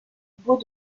bout